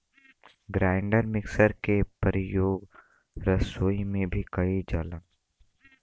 grinder mixer के परियोग रसोई में भी कइल जाला